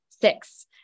Six